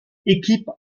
équipes